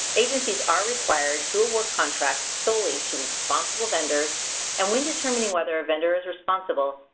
agencies are required to award contracts solely to responsible vendors and when determining whether a vendor is responsible,